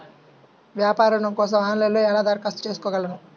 వ్యాపార ఋణం కోసం ఆన్లైన్లో ఎలా దరఖాస్తు చేసుకోగలను?